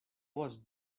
was